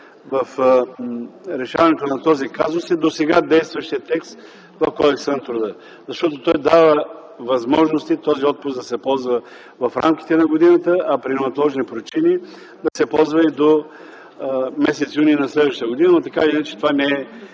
в решаването на този казус е досега действащият текст в Кодекса на труда, защото той дава възможности този отпуск да се ползва в рамките на годината, а при неотложни причини да се ползва и до месец юни на следващата година, но така или иначе това не е